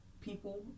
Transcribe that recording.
people